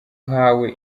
uhawe